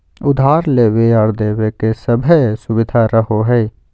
उधार लेबे आर देबे के सभै सुबिधा रहो हइ